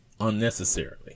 unnecessarily